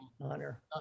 honor